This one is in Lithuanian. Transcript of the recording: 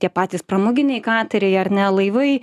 tie patys pramoginiai kateriai ar ne laivai